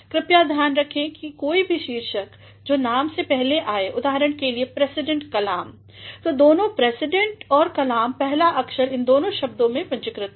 कृपया ध्यान रखें कि कोई भी शीर्षक जो नाम से पहले आए उदाहरण के लिएPresident Kalam तो दोनोंPresident और Kalam पहला अक्षर इन दोनों शब्दों में पूंजीकृत है